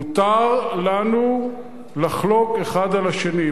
מותר לנו לחלוק האחד על השני,